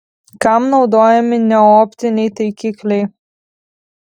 kam naudojami neoptiniai taikikliai